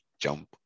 jump